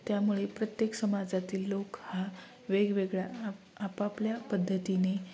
त्यामुळे प्रत्येक समाजातील लोक हा वेगवेगळ्या आप आपापल्या पद्धतीने